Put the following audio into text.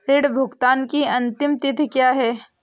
ऋण भुगतान की अंतिम तिथि क्या है?